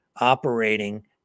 operating